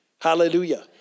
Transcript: Hallelujah